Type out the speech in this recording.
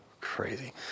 Crazy